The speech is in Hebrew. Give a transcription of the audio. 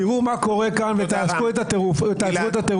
תראו מה קורה כאן ותעזבו את הטירוף הזה.